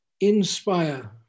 inspire